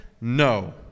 no